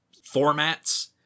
formats